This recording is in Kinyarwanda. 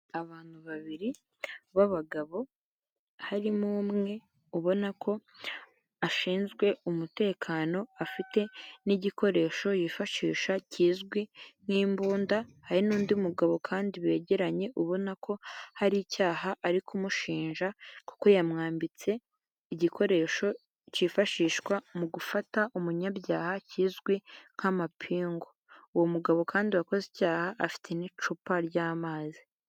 Abantu babiri b'abagabo harimo umwe ubona ko ashinzwe umutekano afite n'igikoresho yifashisha kizwi nk'imbunda, hari n'undi mugabo kandi begeranye ubona ko hari icyaha ari kumushinja kuko yamwambitse igikoresho cyifashishwa mu gufata umunyabyaha kizwi nk'amapingu, uwo mugabo kandi wakoze icyaha afite n'icupa ry'amazi.